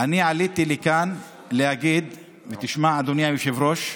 אני עליתי לכאן להגיד, ותשמע, אדוני היושב-ראש,